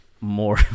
more